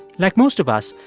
like most of us,